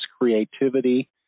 creativity